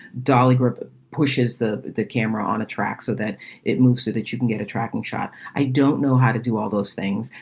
dolly grip pushes the the camera on a track so that it moves so that you can get a tracking shot. i don't know how to do all those things.